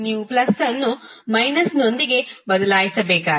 ನೀವು ಪ್ಲಸ್ ಅನ್ನು ಮೈನಸ್ನೊಂದಿಗೆ ಬದಲಾಯಿಸಬೇಕಾಗಿದೆ